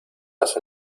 las